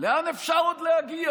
לאן עוד אפשר להגיע?